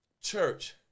church